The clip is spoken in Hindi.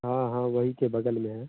हाँ हाँ वहीं के बग़ल में है